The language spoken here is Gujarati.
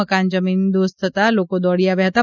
મકાન જમીન દોસ્ત થતાં લોકો દોડી આવ્યાં હતાં